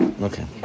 okay